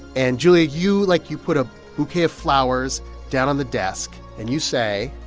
and julia, you like, you put a bouquet of flowers down on the desk. and you say.